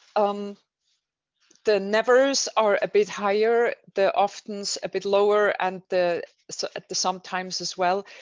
um the numbers are a bit higher. they're often a bit lower and the so at the sometimes as well.